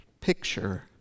picture